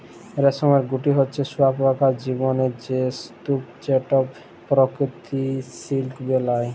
রেশমের গুটি হছে শুঁয়াপকার জীবলের সে স্তুপ যেট পরকিত সিলিক বেলায়